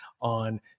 on